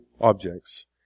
objects